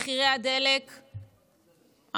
שמחיר הדלק עולה.